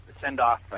send-off